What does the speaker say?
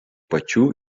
pačių